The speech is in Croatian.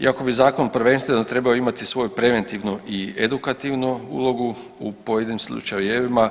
Iako bi zakon prvenstveno trebao imati svoju preventivnu i edukativnu ulogu u pojedinim slučajevima